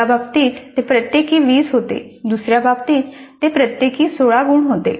एका बाबतीत ते प्रत्येकी 20 होते दुसऱ्या बाबतीत ते प्रत्येकी 16 गुण होते